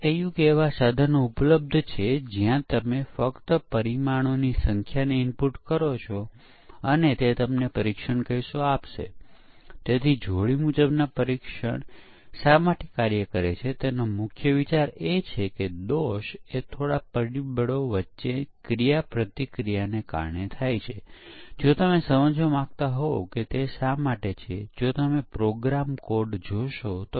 જવાબ એ છે કે જો આપણે 10000 રેન્ડમ ઇનપુટ્સ સાથે પરીક્ષણ કરીએ તો પણ આપણે સારી રીતે પરીક્ષણ ન કરી શકીએ મુખ્ય કારણ એ છે કે રેન્ડમ ઇનપુટ્સના ઘણા બધા ભૂલોના એક જ પ્રકારનો ચકાસવા માટે પ્રયાસ કરી શકે છે અથવા તેઓ પ્રોગ્રામ એલિમેંટ્સ સરખા જ પ્રકારને આવરી શકે છે